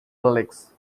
relics